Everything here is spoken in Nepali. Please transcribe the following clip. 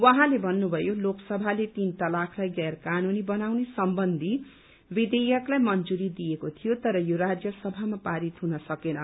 उहाँले भन्नुभयो लोकसभाले तीन तलाकलाई गैर कानूनी बनाउने सम्बन्धी विधेयकलाई मंजूरी दिएको थियो तर यो राज्य सभामा पारित हुन सकेन